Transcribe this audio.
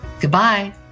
Goodbye